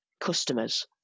customers